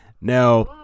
Now